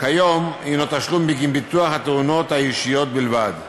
כיום הוא בגין ביטוח התאונות האישיות בלבד.